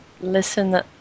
listen